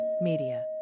Media